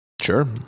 Sure